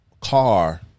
Car